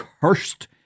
cursed